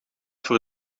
voor